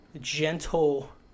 gentle